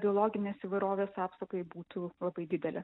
biologinės įvairovės apsaugai būtų labai didelė